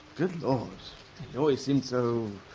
good lord. he always seemed so,